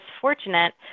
fortunate